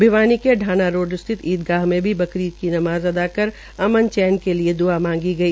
भिवानी के ढाना रोड स्थित ईदगाह में भी बकरीद की नमाज अदाकर अमन चैन के लिये द्आ मांगी गई